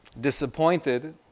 disappointed